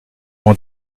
m’en